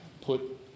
put